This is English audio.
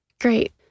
Great